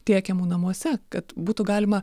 tiekiamų namuose kad būtų galima